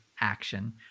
action